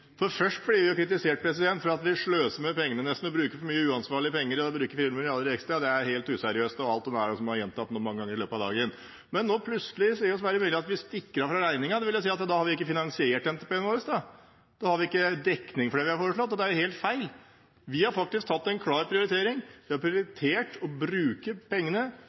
Først blir vi kritisert for at vi nesten sløser med pengene, bruker uansvarlig mye penger og bruker 4 mrd. kr ekstra, at det er helt useriøst og alt det der som er gjentatt noen ganger i løpet av dagen. Men nå sier plutselig Sverre Myrli at vi stikker av fra regningen. Da vil jeg si: Da har vi ikke finansiert NTP-en vår, da har vi ikke dekning for det vi har foreslått – og det er helt feil. Vi har faktisk gjort en klar prioritering. Vi har prioritert å bruke pengene